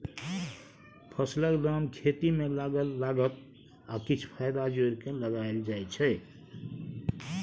फसलक दाम खेती मे लागल लागत आ किछ फाएदा जोरि केँ लगाएल जाइ छै